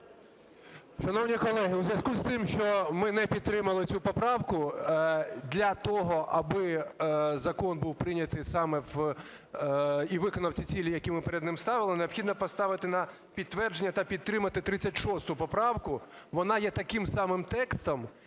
Шановні колеги, у зв'язку з тим, що ми не підтримали цю поправку для того, аби закон був прийнятий саме і виконав ті цілі, які ми перед ним ставили, необхідно поставити на підтвердження та підтримати 36 поправку. Вона є таким самим текстом,